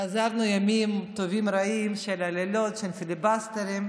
חזרנו לימים טובים-רעים של לילות של פיליבסטרים,